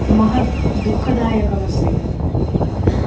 महत् दुःखदायकमस्ति